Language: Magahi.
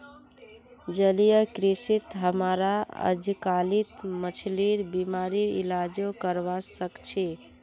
जलीय कृषित हमरा अजकालित मछलिर बीमारिर इलाजो करवा सख छि